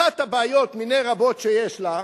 אחת הבעיות מני רבות שיש לה,